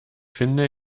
finde